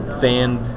sand